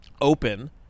open